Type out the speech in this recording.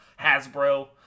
Hasbro